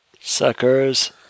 Suckers